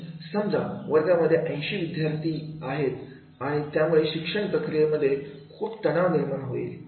समजा वर्गामध्ये 80 विद्यार्थी आहेत आणि यामुळे शिक्षण प्रक्रियांमध्ये खूप तणाव निर्माण होईल